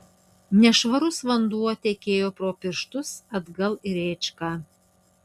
nešvarus vanduo tekėjo pro pirštus atgal į rėčką